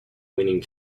winning